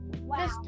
Wow